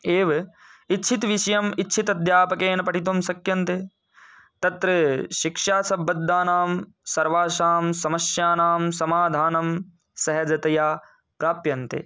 एव इच्छितविषयम् इच्छित अध्यापकेन पठितुं शक्यन्ते तत्र शिक्षासम्बद्धानां सर्वासां समस्यानां समाधानं सहजतया प्राप्यन्ते